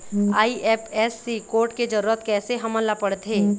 IFSC code के जरूरत कैसे हमन ला पड़थे?